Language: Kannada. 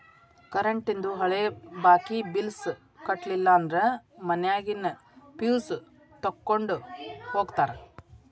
ಕರೆಂಟೇಂದು ಹಳೆ ಬಾಕಿ ಬಿಲ್ಸ್ ಕಟ್ಟಲಿಲ್ಲ ಅಂದ್ರ ಮನ್ಯಾಗಿನ್ ಫ್ಯೂಸ್ ತೊಕ್ಕೊಂಡ್ ಹೋಗ್ತಾರಾ